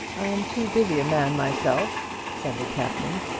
i'm too busy a man myself, said the captain,